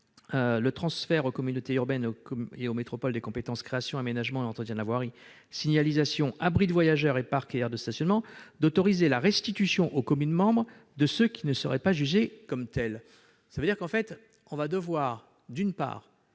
le transfert aux communautés urbaines et aux métropoles des compétences création, aménagement et entretien de la voirie, signalisation, abris de voyageurs et parcs et aires de stationnement, d'autoriser la restitution aux communes membres de ceux qui ne seraient pas jugés tels ». Cela signifie que les